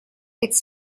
its